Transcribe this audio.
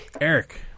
Eric